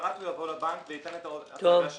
למחרת הוא יבוא לבנק וייתן את ההשגה שלו.